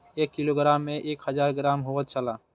एक किलोग्राम में एक हजार ग्राम होयत छला